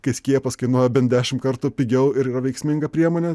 kai skiepas kainuoja bent dešimt kartų pigiau ir yra veiksminga priemonė